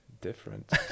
Different